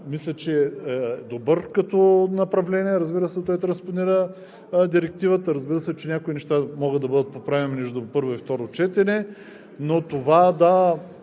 Мисля, че Законът е добър като направление, разбира се, той транспонира Директивата. Разбира се, че някои неща могат да бъдат поправени между първо и второ четене, но това дава